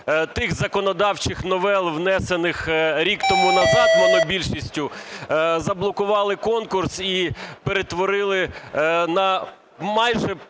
тих законодавчих новел, внесених рік тому назад монобільшістю, заблокували конкурс і перетворили на майже